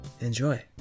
Enjoy